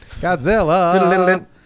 Godzilla